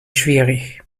schwierig